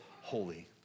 holy